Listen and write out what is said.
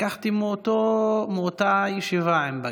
לקחתי מאותה ישיבה עם בג"ץ.